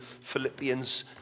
philippians